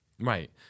Right